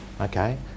Okay